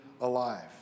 alive